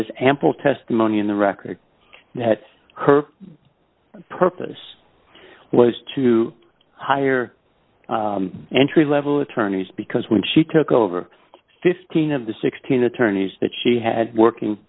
is ample testimony in the record that her purpose was to hire entry level attorneys because when she took over fifteen of the sixteen attorneys that she had working